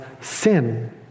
sin